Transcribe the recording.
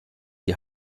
die